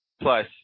plus